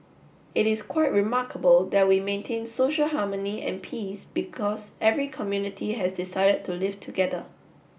it is quite remarkable that we maintain social harmony and peace because every community has decided to live together